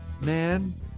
Man